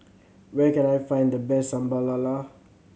where can I find the best Sambal Lala